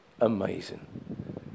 amazing